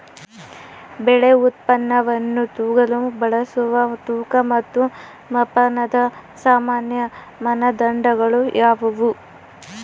ಬೆಳೆ ಉತ್ಪನ್ನವನ್ನು ತೂಗಲು ಬಳಸುವ ತೂಕ ಮತ್ತು ಮಾಪನದ ಸಾಮಾನ್ಯ ಮಾನದಂಡಗಳು ಯಾವುವು?